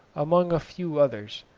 amongst a few others,